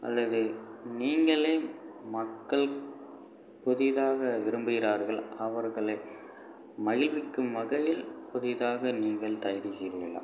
அல்லது நீங்களே மக்கள் புதிதாக விரும்புகிறார்கள் அவர்களை மகிழ்விக்கும் வகையில் புதிதாக நீங்கள் தயாரிக்கிறீர்களா